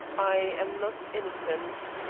i am not innocent,